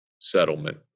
settlement